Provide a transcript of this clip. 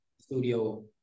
studio